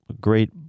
great